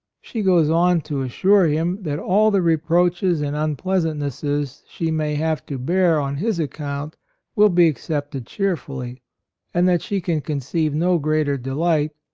she goes on to assure him that all the reproaches and unpleasant nesses she may have to bear on his account will be accepted cheerfully and that she can conceive no greater delight,